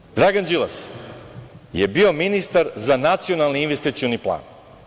Pazite, Dragan Đilas je bio ministar za Nacionalni investicioni plan.